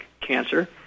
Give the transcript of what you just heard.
cancer